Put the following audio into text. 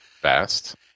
fast